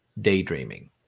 daydreaming